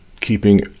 keeping